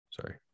Sorry